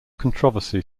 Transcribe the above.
controversy